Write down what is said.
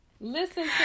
Listen